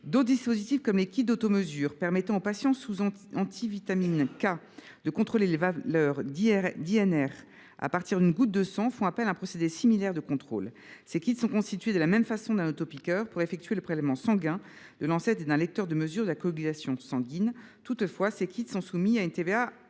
D’autres dispositifs, comme les kits d’automesure permettant aux patients sous traitement par antivitamine K (AVK) de contrôler les valeurs d’ (INR) à partir d’une goutte de sang, font appel à un procédé similaire de contrôle. Ces kits sont constitués de la même façon d’un autopiqueur destiné à effectuer le prélèvement sanguin, de lancettes et d’un lecteur de mesure de la coagulation sanguine. Une différence, pourtant : ils sont soumis à une TVA